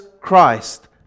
Christ